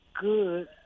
good